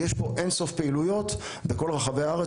ויש פה אינסוף פעילויות בכל רחבי הארץ,